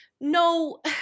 No